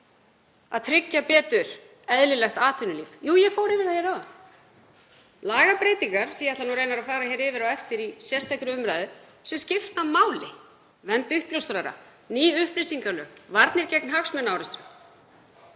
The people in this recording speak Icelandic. að tryggja betur eðlilegt atvinnulíf? Jú, ég fór yfir það hér áðan. Lagabreytingar, sem ég ætla reyndar að fara yfir á eftir í sérstakri umræðu, sem skipta máli; vernd uppljóstrara, ný upplýsingalög, varnir gegn hagsmunaárekstrum.